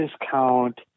discount